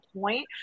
point